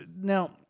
now